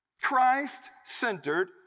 Christ-centered